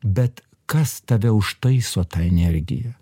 bet kas tave užtaiso ta energija